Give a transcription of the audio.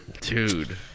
Dude